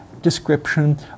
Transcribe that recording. description